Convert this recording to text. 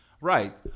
right